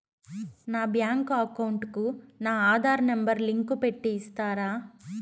నా bank account కు నా ఆధార్ నెంబర్ లింకు పెట్టి ఇస్తారా?